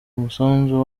umusanzu